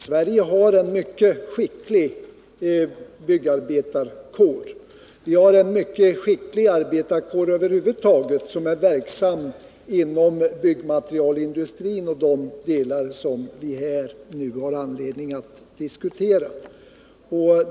Sverige har en mycket skicklig byggarbetarkår. Vi har en mycket skicklig arbetarkår över huvud taget som är verksam inom byggmaterialindustrin och de delar som vi här nu har anledning att diskutera.